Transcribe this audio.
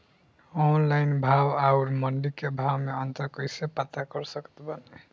Online भाव आउर मंडी के भाव मे अंतर कैसे पता कर सकत बानी?